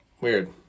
Weird